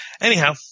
Anyhow